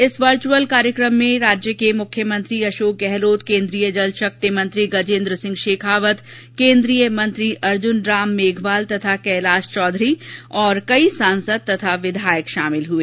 इस वर्चुअल कार्यक्रम में राज्य के मुख्यमंत्री अशोक गहलोत केंद्रीय जल शक्ति मंत्री गजेंद्र सिंह शेखावत केंद्रीय मंत्री अर्जुन राम मेघवाल तथा कैलाश चौधरी और कई सांसद तथा विधायक शामिल हुए